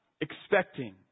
expecting